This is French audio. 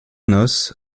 noces